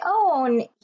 own